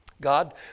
God